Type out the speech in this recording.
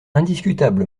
indiscutable